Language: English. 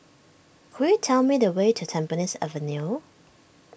could you tell me the way to Tampines Avenue